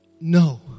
No